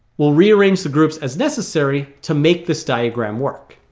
we'll rearrange the groups as necessary to make this diagram work